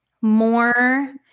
more